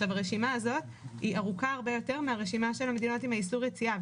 הרשימה הזו ארוכה הרבה יותר מהרשימה של המדינות שיש לגביהן איסור יציאה.